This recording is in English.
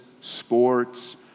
sports